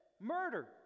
Murder